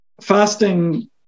fasting